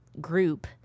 group